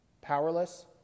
powerless